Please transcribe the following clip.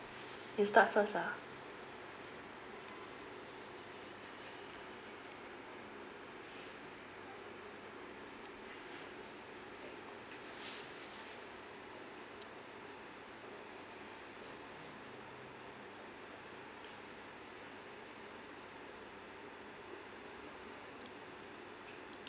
you start first lah